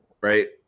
right